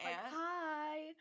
hi